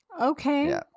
Okay